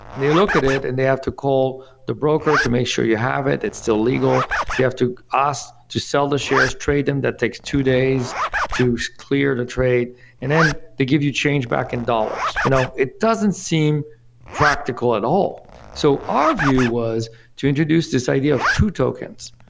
and they look at it and they have to call the broker to make sure you have it, it's still legal, they have to ask to sell the shares trade them that takes two days to so clear the trade and then they give you change back in dollars. you know it doesn't seem practical at all so our view was to introduce this idea of two tokens.